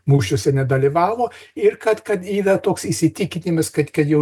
mūšiuose nedalyvavo ir kad kad yra toks įsitikinimas kad kad jau